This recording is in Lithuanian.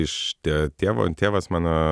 iš tė tėvo tėvas mano